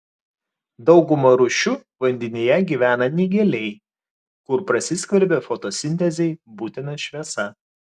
dauguma rūšių vandenyje gyvena negiliai kur prasiskverbia fotosintezei būtina šviesa